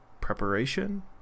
preparation